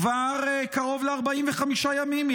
כבר קרוב ל-45 ימים.